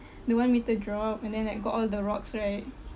the one meter drop and then like got all the rocks right